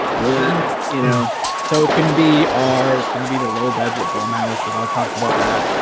then you know so it's gonna be our it's gonna be the low-budget blah malice we've all talked about that